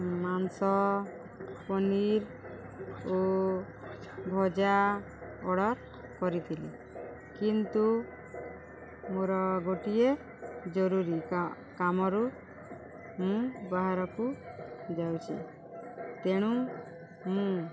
ମାଂସ ପନିର୍ ଓ ଭଜା ଅର୍ଡ଼ର୍ କରିଥିଲି କିନ୍ତୁ ମୋର ଗୋଟିଏ ଜରୁରୀ କା କାମରୁ ମୁଁ ବାହାରକୁ ଯାଉଛିି ତେଣୁ ମୁଁ